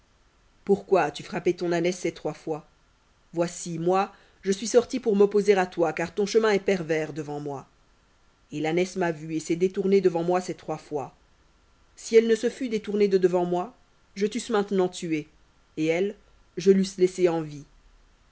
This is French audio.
pourquoi as-tu frappé ton ânesse ces trois fois voici moi je suis sorti pour m'opposer à toi car ton chemin est pervers devant moi et l'ânesse m'a vu et s'est détournée devant moi ces trois fois si elle ne se fût détournée de devant moi je t'eusse maintenant tué et elle je l'eusse laissée en